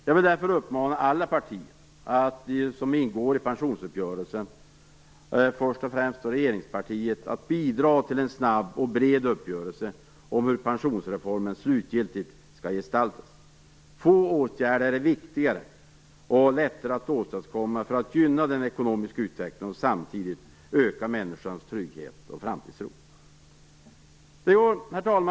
Jag vill därför uppmana alla partier som deltar i pensionsuppgörelsen, och först och främst regeringspartiet, att bidra till en snabb och bred uppgörelse om hur pensionsreformen slutgiltigt skall gestalta sig. Få åtgärder är viktigare och lättare att åstadkomma för att gynna den ekonomiska utvecklingen och samtidigt öka människans trygghet och framtidstro. Herr talman!